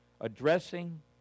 addressing